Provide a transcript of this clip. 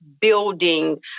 building